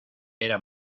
era